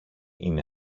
είναι